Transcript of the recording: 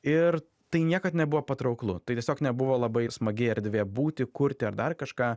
ir tai niekad nebuvo patrauklu tai tiesiog nebuvo labai smagi erdvė būti kurti ar dar kažką